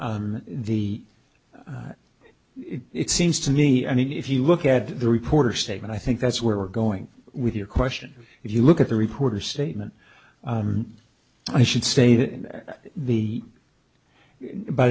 made the it seems to me i mean if you look at the reporter statement i think that's where we're going with your question if you look at the reporter statement i should say that in the by